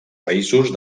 països